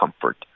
comfort